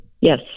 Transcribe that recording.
Yes